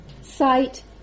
sight